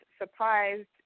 surprised